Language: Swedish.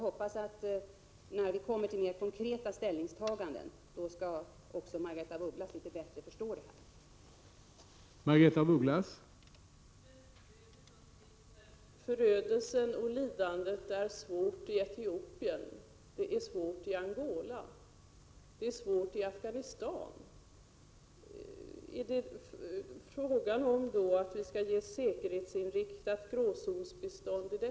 När vi kommer till litet mer konkreta ställningstaganden, hoppas jag att Margaretha af Ugglas också skall förstå detta litet bättre.